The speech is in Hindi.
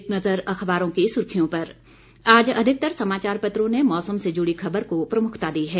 एक नज़र अखबारों की सुर्खियों पर आज अधिकतर समाचारपत्रों ने मौसम से जुड़ी खबर को प्रमुखता दी है